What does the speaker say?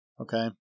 okay